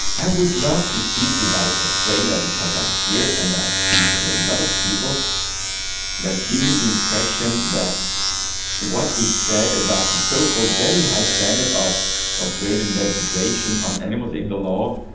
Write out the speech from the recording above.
i would love to speak about australia because i'm here and i speak to a lot of people that give me the impression that what is said about the so-called very high standard of australian legislation on animals in the law,